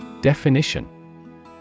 Definition